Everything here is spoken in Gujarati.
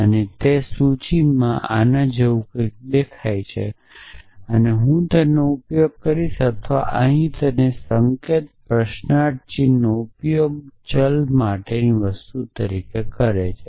અને તે સૂચિમાં આ જેવું દેખાશે તે તે છે કે હું તેનો ઉપયોગ કરીશ અથવા અહીં અને સંકેત પ્રશ્નાર્થ ચિહ્નનો ઉપયોગ ચલ માટેની વસ્તુ તરીકે કરે છે